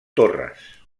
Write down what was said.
torres